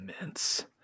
immense